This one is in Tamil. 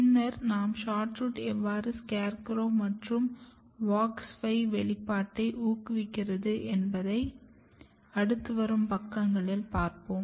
பின்னர் நாம் SHORTROOT எவ்வாறு SCARECROW மற்றும் WOX 5 வெளிப்பாட்டை ஊக்குவிக்கிறது என்பதை அடுத்து வரும் பக்கங்களில் பாப்போம்